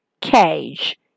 Cage